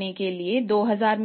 मिले